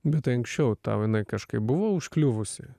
bet tai anksčiau tau jinai kažkaip buvo užkliuvusi